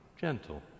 gentle